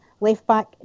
left-back